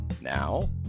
Now